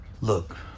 look